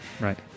right